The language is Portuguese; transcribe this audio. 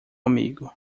amigo